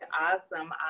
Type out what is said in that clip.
Awesome